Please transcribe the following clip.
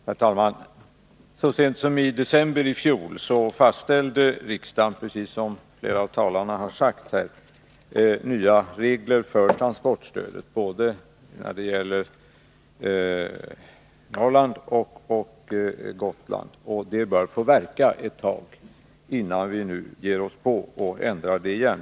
Herr talman! Så sent som i december i fjol fastställde riksdagen, precis som flera av talarna har sagt här, nya regler för transportstödet, både när det gäller Norrland och beträffande Gotland. De reglerna bör få verka ett tag innan vi ger oss på att ändra dem igen.